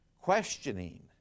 questioning